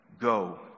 go